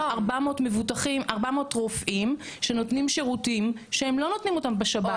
400 רופאים שנותנים שירותים שהם לא נותנים אותם בשב"ן.